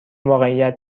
واقعیت